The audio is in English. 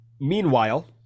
meanwhile